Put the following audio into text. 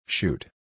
Shoot